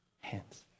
hands